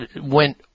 went